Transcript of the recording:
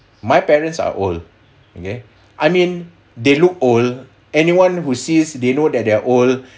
my parents are old okay I mean they look old anyone who sees they know that they are old